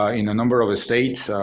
ah in a number of states.